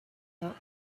vingt